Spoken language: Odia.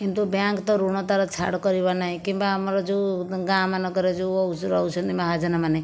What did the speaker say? କିନ୍ତୁ ବ୍ୟାଙ୍କ ତ ଋଣ ତା'ର ଛାଡ଼ କରିବ ନାହିଁ କିମ୍ବା ଆମର ଯେଉଁ ଗାଁ ମାନଙ୍କରେ ଯେଉଁ ରହୁଛନ୍ତି ମହାଜନ ମାନେ